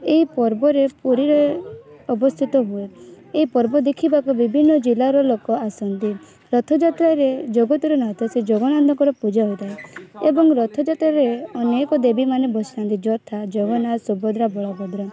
ଏଇ ପର୍ବରେ ପୁରୀରେ ଅବସ୍ଥିତ ହୁଏ ଏଇ ପର୍ବ ଦେଖିବାକୁ ବିଭିନ୍ନ ଜିଲ୍ଲାରୁ ଲୋକ ଆସନ୍ତି ରଥଯାତ୍ରାରେ ଜଗତର ନାଥ ସେ ଜଗନ୍ନାଥଙ୍କର ପୂଜା ହୋଇଥାଏ ଏବଂ ରଥଯାତ୍ରାରେ ଅନେକ ଦେବୀମାନେ ବସିଥାନ୍ତି ଯଥା ଜଗନ୍ନାଥ ସୁଭଦ୍ରା ବଳଭଦ୍ର